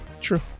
True